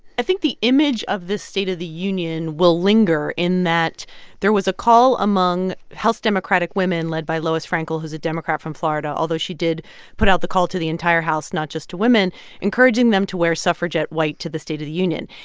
i think the image of this state of the union will linger in that there was a call among house democratic women, led by lois frankel, who's a democrat from florida although, she did put out the call to the entire house, not just to women encouraging them to wear suffragette white to the state of the union.